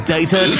Data